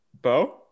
Bo